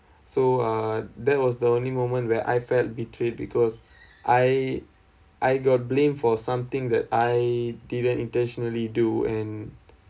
so uh that was the only moment where I felt betrayed because I I got blame for something that I didn't intentionally do and